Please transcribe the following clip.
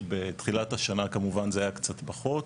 בתחילת השנה כמובן זה היה קצת פחות,